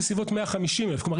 בסביבות 150,000. כלומר,